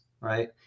Right